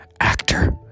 actor